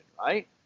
right